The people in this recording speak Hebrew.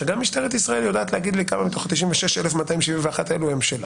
שגם משטרת ישראל יודעת להגיד לי כמה מתוך ה-96,271 האלה הם שלה.